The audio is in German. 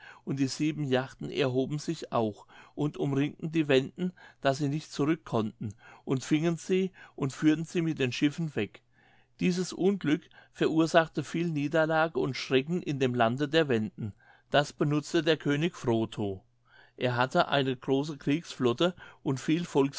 und die sieben jachten erhoben sich auch und umringten die wenden daß sie nicht zurück konnten und fingen sie und führten sie mit den schiffen weg dieses unglück verursachte viel niederlage und schrecken in dem lande der wenden das benutzte der könig frotho er hatte eine große kriegsflotte und viel